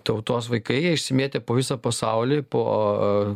tautos vaikai jie išsimėtę po visą pasaulį po